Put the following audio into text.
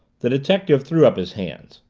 the detective threw up his hands.